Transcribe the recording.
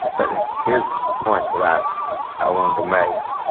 but here's the point that i i wanted to make.